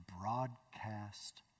broadcast